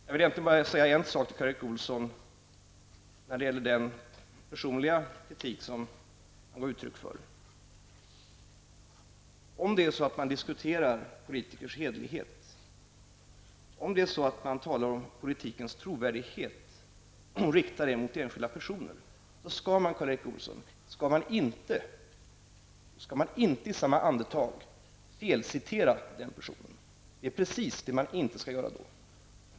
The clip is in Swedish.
Jag vill egentligen bara säga en sak till Karl Erik Olsson när det gäller den personliga kritik som han gav uttryck för. Om man diskuterar politikers hederlighet och om man talar om politikens trovärdighet och riktar kritik mot en enskild person, skall man inte, Karl Erik Olsson, i samma andetag felcitera den personen. Det är precis det som man inte skall göra.